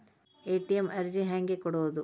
ATM ಅರ್ಜಿ ಹೆಂಗೆ ಕೊಡುವುದು?